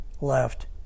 left